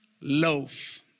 loaf